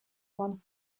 one